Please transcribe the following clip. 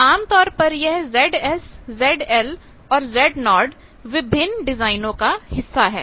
तो आमतौर पर यह ZS ZL ZO विभिन्न डिजाइनों का हिस्सा हैं